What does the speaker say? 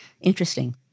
Interesting